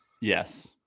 Yes